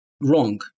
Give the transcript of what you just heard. wrong